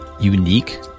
unique